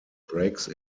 breaks